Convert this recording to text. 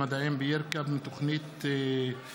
הצעת חוק הרשויות המקומיות (מימון